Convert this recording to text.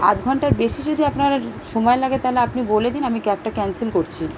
আদ ঘন্টার বেশি যদি আপনার আর সময় লাগে তাহলে আপনি বলে দিন আমি ক্যাবটা ক্যানসেল করছি